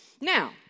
Now